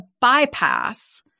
bypass